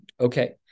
Okay